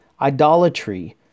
idolatry